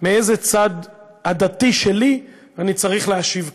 מאיזה צד עדתי שלי אני צריך להשיב כאן: